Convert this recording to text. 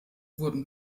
wurden